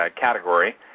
category